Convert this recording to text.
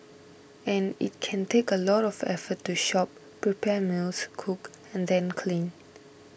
and it can take a lot of effort to shop prepare meals cook and then clean